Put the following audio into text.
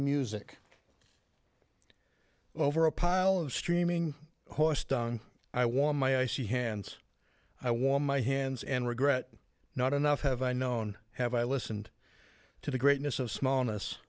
music over a pile of steaming horse dung i wore my icy hands i wore my hands and regret not enough have i known have i listened to the greatness of small